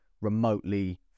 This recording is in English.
remotely